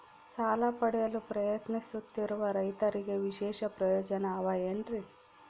ಸಾಲ ಪಡೆಯಲು ಪ್ರಯತ್ನಿಸುತ್ತಿರುವ ರೈತರಿಗೆ ವಿಶೇಷ ಪ್ರಯೋಜನ ಅವ ಏನ್ರಿ?